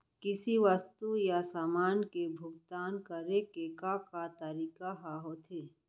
किसी वस्तु या समान के भुगतान करे के का का तरीका ह होथे?